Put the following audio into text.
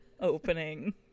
opening